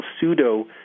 pseudo